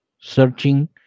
searching